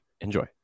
enjoy